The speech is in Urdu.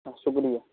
شکریہ